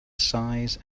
size